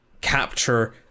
capture